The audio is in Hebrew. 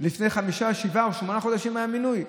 לפני חמישה, שבעה או שמונה חודשים היה מינוי.